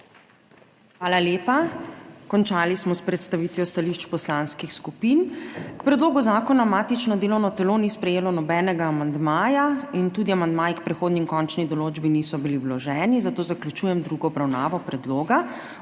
Hvala lepa. Končali smo s predstavitvijo stališč poslanskih skupin. K predlogu zakona matično delovno telo ni sprejelo nobenega amandmaja in tudi amandmaji k prehodni in končni določbi niso bili vloženi, zato zaključujem drugo obravnavo predloga.